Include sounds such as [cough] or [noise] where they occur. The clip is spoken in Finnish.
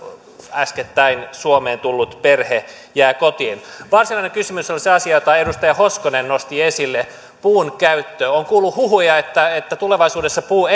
äskettäin suomeen tullut perhe jää kotiin varsinainen kysymys on se asia jota edustaja hoskonen nosti esille puun käyttö olen kuullut huhuja että että tulevaisuudessa puu [unintelligible]